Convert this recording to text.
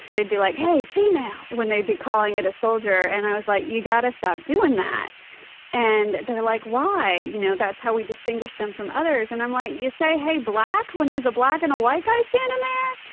they'd be like, hey female when they would be calling it a soldier and i was like, you got to stop doing that and they're like, why? you know, that's how we distinguish them from others and i'm like, you say, hey black when there's a black and a white guy standin' there?